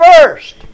first